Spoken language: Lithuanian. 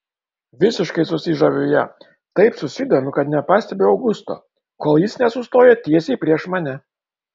visiškai susižaviu ja taip susidomiu kad nepastebiu augusto kol jis nesustoja tiesiai prieš mane